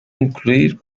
incluir